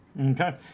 Okay